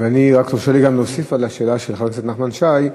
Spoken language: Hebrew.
רק תרשה לי להוסיף על השאלה של חבר הכנסת נחמן שי,